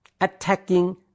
attacking